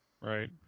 Right